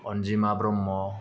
Anjima Brahma